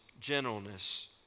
gentleness